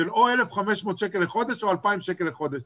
של או 1,500 שקל לחודש או 2,000 שקל לחודש.